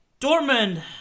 Dortmund